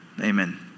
amen